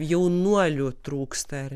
jaunuolių trūksta ar